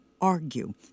argue